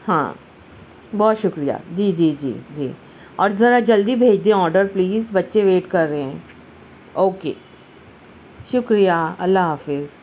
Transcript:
ہاں بہت شکریہ جی جی جی جی اور ذرا جلدی بھیج دیں آرڈر پلیز بچے ویٹ کر رہے ہیں اوکے شکریہ اللہ حافظ